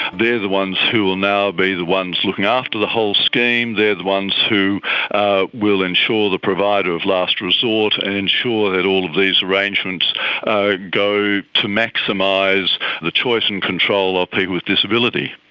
they're the ones who will now be the ones looking after the whole scheme. they're the ones who ah will ensure the provider of last resort and ensure that all of these arrangements go to maximise the choice and control of people with disability.